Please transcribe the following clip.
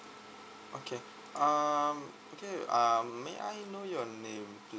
okay um okay um may I know your name